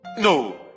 No